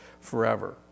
forever